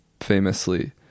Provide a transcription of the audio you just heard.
famously